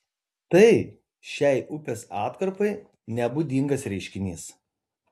tai šiai upės atkarpai nebūdingas reiškinys